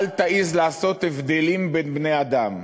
אל תעז לעשות הבדלים בין בני-אדם,